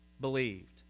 believed